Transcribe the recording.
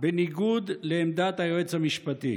בניגוד לעמדת היועץ המשפטי.